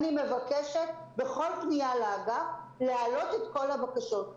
אני מבקשת בכל פנייה לאגף להעלות את כל הבקשות,